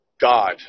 God